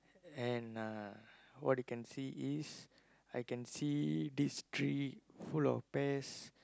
and uh what you can see is I can see this tree full of pears